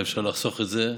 ואפשר לחסוך את זה,